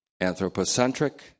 anthropocentric